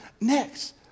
next